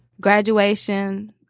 graduation